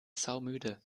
saumüde